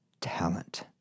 talent